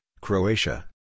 Croatia